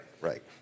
Right